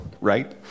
right